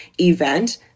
event